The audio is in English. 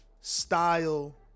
style